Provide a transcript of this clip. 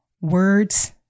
Words